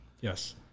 yes